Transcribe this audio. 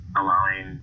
allowing